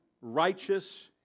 righteous